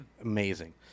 amazing